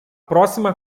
próxima